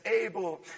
able